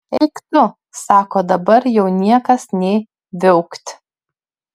eik tu sako dabar jau niekas nė viaukt